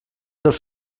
dels